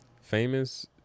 Famous